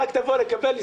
רק תבוא לקבל.